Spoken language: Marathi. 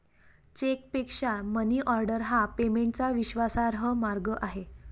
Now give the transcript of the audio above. चेकपेक्षा मनीऑर्डर हा पेमेंटचा विश्वासार्ह मार्ग आहे